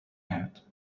hat